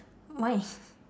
why